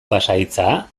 pasahitza